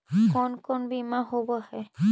कोन कोन बिमा होवय है?